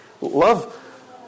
Love